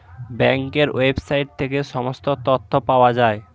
ব্যাঙ্কের ওয়েবসাইট থেকে সমস্ত তথ্য পাওয়া যায়